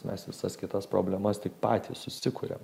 mes visas kitas problemas tik patys susikuriam